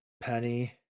Penny